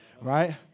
right